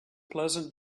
pleasant